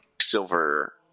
silver